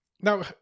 Now